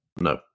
No